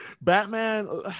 Batman